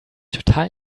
total